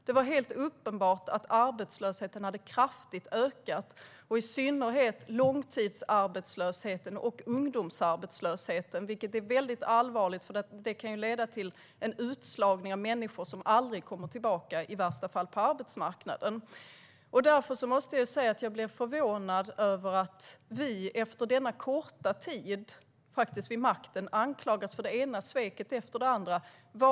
Det var helt uppenbart att arbetslösheten kraftigt hade ökat, i synnerhet långtidsarbetslösheten och ungdomsarbetslösheten, vilket är väldigt allvarligt eftersom det kan leda till en utslagning av människor som i värsta fall aldrig kommer tillbaka till arbetsmarknaden. Därför måste jag säga att jag blev förvånad över att vi efter denna korta tid vid makten anklagas för det ena sveket efter det andra.